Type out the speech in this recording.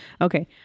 Okay